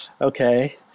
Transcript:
okay